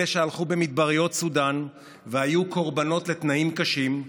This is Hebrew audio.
אלה שהלכו במדבריות סודאן והיו קורבנות לתנאים קשים,